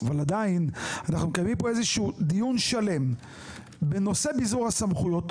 אבל עדיין אנחנו מקיימים פה דיון שלם בנושא ביזור הסמכויות,